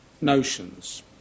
notions